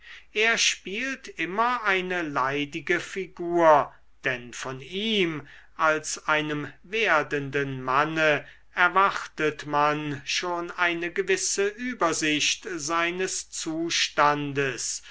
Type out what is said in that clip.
er spielt immer eine leidige figur denn von ihm als einem werdenden manne erwartet man schon eine gewisse übersicht seines zustandes